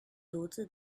独自